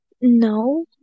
No